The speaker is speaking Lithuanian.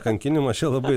kankinimas čia labai